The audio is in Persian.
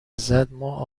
زدما